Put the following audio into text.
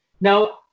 Now